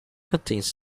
contains